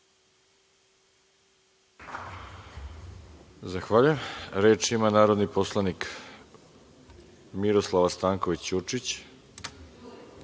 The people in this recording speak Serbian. Zahvaljujem. Reč ima narodni poslanik Miroslava Stanković Đuričić.